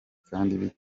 kandi